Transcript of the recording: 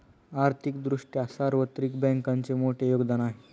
आर्थिक दृष्ट्या सार्वत्रिक बँकांचे मोठे योगदान आहे